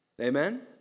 Amen